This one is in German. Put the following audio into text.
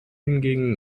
hingegen